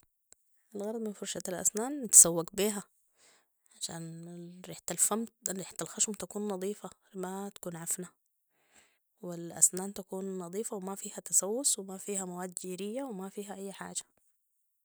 الغرض من فرشة الأسنان بنتسوك بيها ، عشان ريحة الفم ريحة الخشم تكون نضيفه ما تكون عفنه والأسنان تكون نضيفه ومافيها تسوس و ما فيها مواد جيرية وما فيها اي حاجه